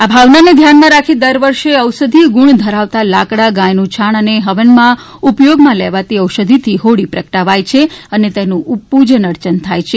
જે ભાવનાને ધ્યાનમાં રાખી દર વર્ષે ઔષધિય ગુણ ધરાવતા લાકડા ગાયનુ છાણ અને હવનમાં ઉપયોગ લેવાતા ઔષધિથી હોળી પ્રગટાવાય છે અને તેનું પુજન અર્ચન થાય છે